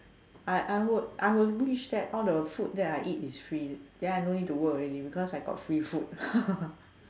I I would I would wish that all the food that I eat is free then I don't need to work already because I got free food